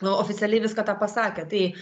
nu oficialiai viską pasakę tai